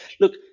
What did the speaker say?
look